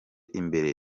imbere